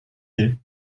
est